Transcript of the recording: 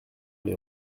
les